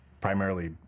primarily